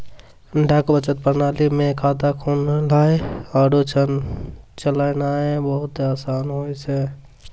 डाक बचत प्रणाली मे खाता खोलनाय आरु चलैनाय बहुते असान होय छै